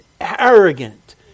arrogant